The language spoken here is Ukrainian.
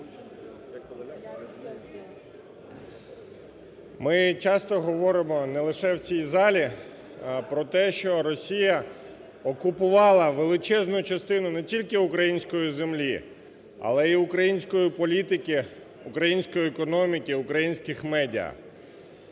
Ми часто говоримо не лише в цій залі про те, що Росія окупувала величезну частину не тільки української землі, але і української політики, української економіки, українських медіа.